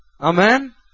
Amen